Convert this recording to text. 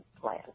plan